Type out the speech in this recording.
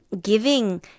giving